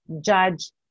judge